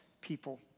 people